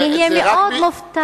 אני אהיה מאוד מופתעת,